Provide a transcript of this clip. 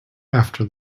after